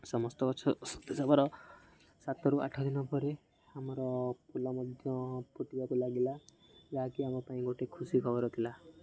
ସମସ୍ତ ଗଛ ସତେଜ୍ ହେବାର ସାତରୁ ଆଠ ଦିନ ପରେ ଆମର ଫୁଲ ମଧ୍ୟ ଫୁଟିବାକୁ ଲାଗିଲା ଯାହାକି ଆମ ପାଇଁ ଗୋଟେ ଖୁସି ଖବର ଥିଲା